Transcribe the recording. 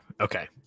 Okay